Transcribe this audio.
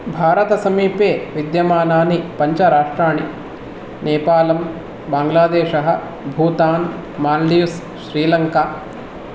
भारत समीपे विद्यमानानि पञ्च राष्ट्राणि नेपालं बाङ्ग्लादेशः भूतान् माल्डिव्स् श्रीलङ्का